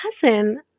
cousin